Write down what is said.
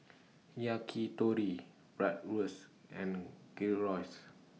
Yakitori Bratwurst and Gyros